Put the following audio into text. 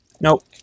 Nope